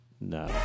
No